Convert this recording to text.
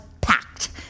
packed